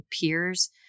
peers